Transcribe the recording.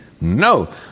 No